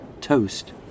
toast